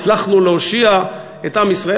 "הצלחנו להושיע את עם ישראל",